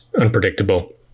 unpredictable